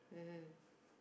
mmhmm